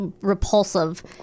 Repulsive